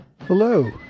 Hello